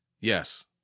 Yes